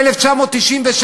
ב-1996,